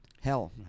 Hell